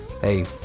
Hey